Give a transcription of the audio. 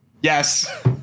Yes